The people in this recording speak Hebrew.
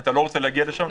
אתה לא רוצה להגיע לשם,